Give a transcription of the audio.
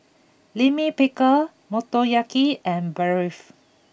Lime Pickle Motoyaki and Barfi